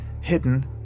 Hidden